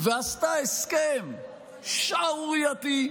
ועשתה הסכם שערורייתי,